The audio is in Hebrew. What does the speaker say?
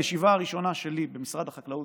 הישיבה הראשונה שלי במשרד החקלאות,